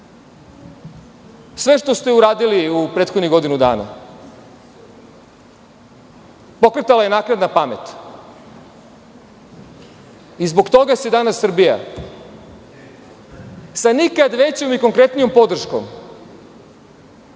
što ste uradili u prethodnih godinu dana pokretala je naknadna pamet i zbog toga se danas Srbija sa nikad većom i konkretnijom podrškom